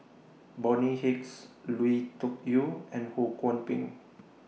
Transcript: Bonny Hicks Lui Tuck Yew and Ho Kwon Ping